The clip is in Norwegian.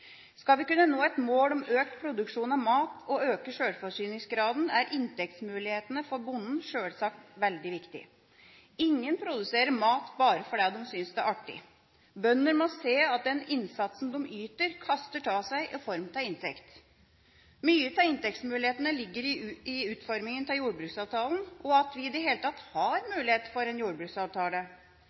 Skal vi kunne nå et mål om økt produksjon av mat og øke sjølforsyningsgraden, er inntektsmulighetene for bonden sjølsagt veldig viktig. Ingen produserer mat bare fordi de synes det er artig. Bønder må se at den innsatsen de yter, kaster av seg i form av inntekt. Mange av inntektsmulighetene ligger i utforminga av jordbruksavtalen og at vi i det hele tatt har mulighet for en jordbruksavtale.